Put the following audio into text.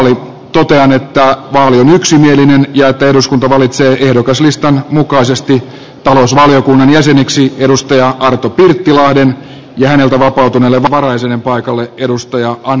totean että vaali on yksimielinen ja että eduskunta valitsee ehdokaslistan mukaisesti talousvaliokunnan jäseneksi arto pirttilahden ja häneltä vapautuneelle varajäsenen paikalle anne kalmarin